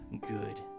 good